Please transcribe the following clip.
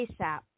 ASAP